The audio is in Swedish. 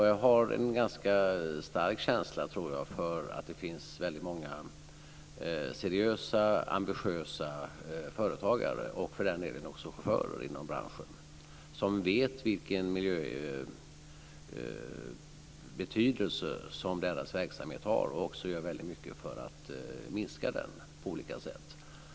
Jag har en ganska stark känsla, tror jag, för att det finns många seriösa, ambitiösa företagare och för den delen också chaufförer inom branschen som vet vilken miljöbetydelse deras verksamhet har och som också gör mycket för att nå en minskning på olika sätt.